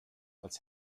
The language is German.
als